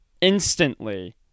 instantly